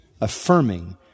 affirming